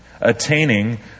attaining